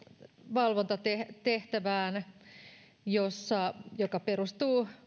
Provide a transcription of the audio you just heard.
valvontatehtävään joka perustuu